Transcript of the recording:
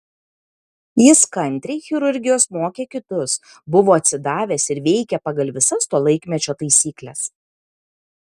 jis kantriai chirurgijos mokė kitus buvo atsidavęs ir veikė pagal visas to laikmečio taisykles